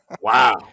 wow